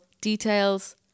Details